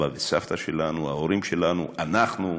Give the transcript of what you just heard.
הסבא והסבתא שלנו, ההורים שלנו, אנחנו,